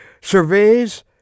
surveys